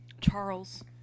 Charles